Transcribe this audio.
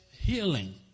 healing